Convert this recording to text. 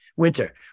Winter